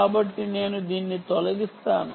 కాబట్టి నేను దీన్ని తొలగిస్తాను